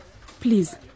Please